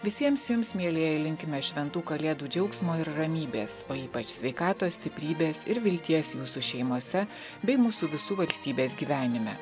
visiems jums mielieji linkime šventų kalėdų džiaugsmo ir ramybės o ypač sveikatos stiprybės ir vilties jūsų šeimose bei mūsų visų valstybės gyvenime